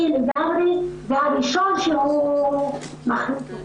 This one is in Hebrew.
הוא הראשון שראש הרשות מחליף.